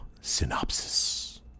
synopsis